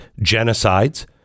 genocides